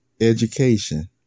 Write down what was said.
education